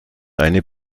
eine